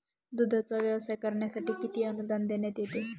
दूधाचा व्यवसाय करण्यासाठी किती अनुदान देण्यात येते?